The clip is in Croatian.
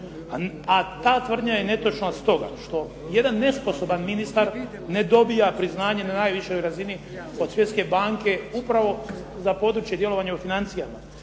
A ta tvrdnja je netočna stoga što jedan nesposoban ministar ne dobija priznanje na najvišoj razini od Svjetske banke upravo za područje djelovanja u financijama.